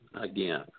again